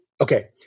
okay